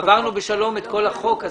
עברנו בשלום את כל החוק,